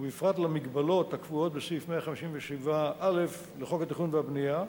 ובפרט למגבלות הקבועות בסעיף 157א לחוק התכנון והבנייה,